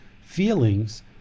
feelings